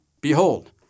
Behold